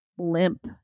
limp